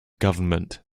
government